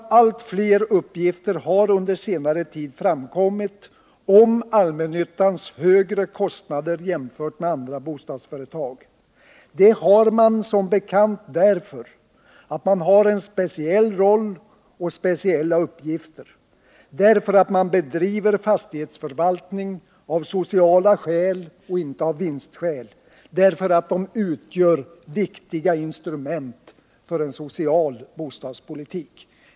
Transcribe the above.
Allt fler uppgifter har under senare tid framkommit om allmännyttans högre kostnader jämfört med andra bostadsföretag. Dessa högre kostnader har man som bekant därför att man har en speciell roll och speciella uppgifter, därför att man bedriver fastighetsförvaltning av sociala skäl och inte av vinstskäl, därför att de allmännyttiga bostadsföretagen utgör viktiga instrument för en social bostadspolitik.